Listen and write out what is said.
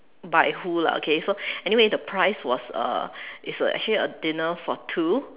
by who lah okay so anyway the prize was uh it's actually a dinner for two